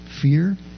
fear